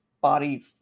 body